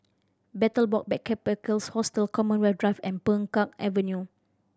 Betel Box Backpackers Hostel Commonwealth Drive and Peng Kang Avenue